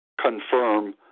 confirm